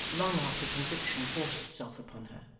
long after conviction forced itself upon her!